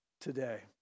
today